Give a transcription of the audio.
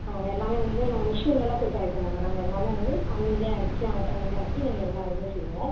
ஆ அது எல்லாமே வந்து நாங்கள் மிஷின்லெலாம் கொடுத்து அரைக்க மாட்டோம் நாங்கள் எல்லாமே வந்து அம்மிலியே அரச்சு ஆட்டாங்கல்லில் ஆட்டி நாங்கள் எல்லா இதுவுமே செய்வோம்